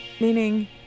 Meaning